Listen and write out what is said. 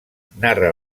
narra